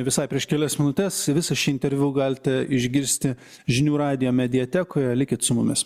visai prieš kelias minutes visą šį interviu galite išgirsti žinių radijo mediatekoje likit su mumis